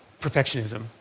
perfectionism